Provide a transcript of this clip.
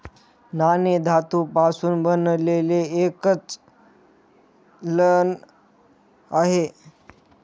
नाणे धातू पासून बनलेले एक चलन आहे